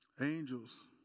angels